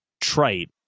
trite